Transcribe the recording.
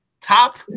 top